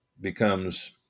becomes